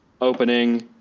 opening